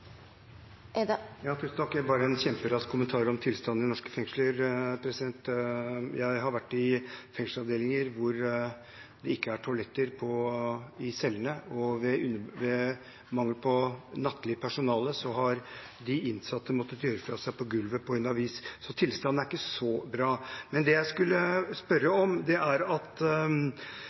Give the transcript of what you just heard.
Bare en kjemperask kommentar om tilstanden i norske fengsler. Jeg har vært i fengselsavdelinger hvor det ikke er toaletter på cellene. I mangel av personale om natten har de innsatte måttet gjøre fra seg på gulvet på en avis. Så tilstanden er ikke så bra. Det jeg skulle spørre om, gjelder det at det uttrykkes stor tillit til Sivilombudsmannen. Det er